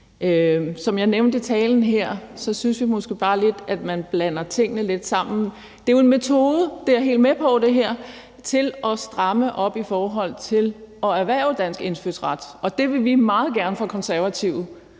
Som jeg nævnte i talen her, synes vi måske bare, at man blander tingene lidt sammen. Det er jo en metode – det er jeg helt med på – til at stramme op i forhold til at erhverve dansk indfødsret, og det vil vi fra Konservatives